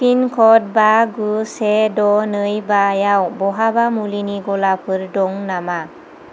pin कड बा गु से द' नै बा याव बहाबा मुलिनि गलाफोर दं नामा